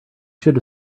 have